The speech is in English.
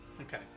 Okay